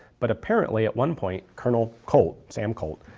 but apparently at one point colonel colt sam colt